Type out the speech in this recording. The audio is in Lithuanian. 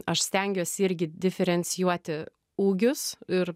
aš stengiuosi irgi diferencijuoti ūgius ir